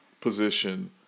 position